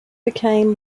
became